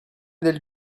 del